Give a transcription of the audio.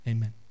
Amen